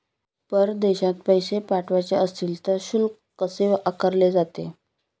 परदेशात पैसे पाठवायचे असतील तर शुल्क कसे आकारले जाते?